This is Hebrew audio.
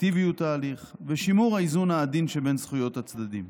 אפקטיביות ההליך ושימור האיזון העדין שבין זכויות הצדדים.